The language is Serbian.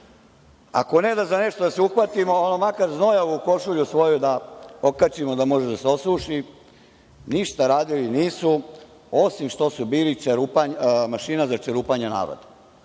Ako nema za nešto da se uhvatimo, ono makar znojavu košulju svoju da okačimo da može da se osuši. Ništa radili nisu, osim što su bili mašina za čerupanje naroda. Ako